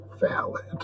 valid